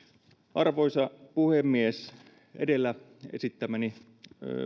arvoisa puhemies edellä esittämäni